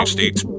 States